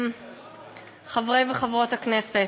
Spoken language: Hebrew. חברי וחברות הכנסת,